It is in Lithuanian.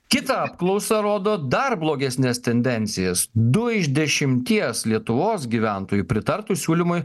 kita apklausa rodo dar blogesnes tendencijas du iš dešimties lietuvos gyventojų pritartų siūlymui